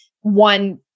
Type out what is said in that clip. one